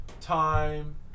time